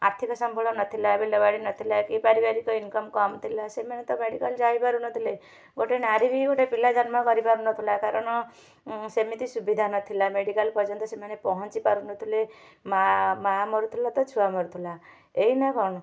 ଆର୍ଥିକ ସମ୍ବଳ ନଥିଲା ବିଲ ବାଡ଼ି ନଥିଲା କି ପାରିବାରିକ ଇନକମ୍ କମ୍ ଥିଲା ସେମାନେ ତ ଗାଡ଼ି କରି ଯାଇପାରୁ ନଥିଲେ ଗୋଟେ ନାରୀ ବି ଗୋଟେ ପିଲା ଜନ୍ମ କରିପାରୁ ନଥିଲା କାରଣ ସେମିତି ସୁବିଧା ନଥିଲା ମେଡ଼ିକାଲ୍ ପର୍ଯନ୍ତ ସେମାନେ ପହଞ୍ଚି ପାରୁନଥିଲେ ମାଆ ମରୁଥୁଲା ତ ଛୁଆ ମରୁଥୁଲା ଏଇନା କଣ